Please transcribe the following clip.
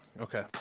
Okay